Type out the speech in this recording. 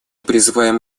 призываем